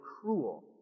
cruel